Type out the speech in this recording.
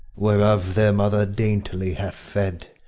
whereof their mother daintily hath fed,